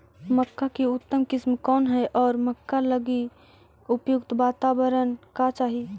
मक्का की उतम किस्म कौन है और मक्का लागि उपयुक्त बाताबरण का चाही?